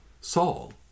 Saul